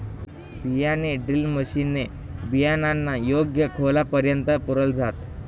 बियाणे drill machine ने बियाणांना योग्य खोलापर्यंत पुरल जात